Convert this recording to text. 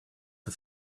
the